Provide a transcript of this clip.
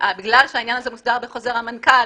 שבגלל שהעניין הזה מוסדר בחוזר מנכ"ל,